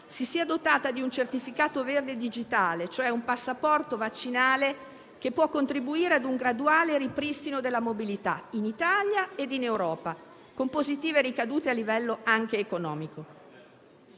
si sia dotata di un certificato verde digitale, cioè un passaporto vaccinale, che può contribuire ad un graduale ripristino della mobilità in Italia e in Europa, con positive ricadute a livello anche economico.